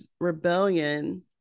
rebellion